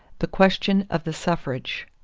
the question of the suffrage.